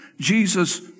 Jesus